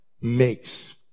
makes